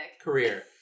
career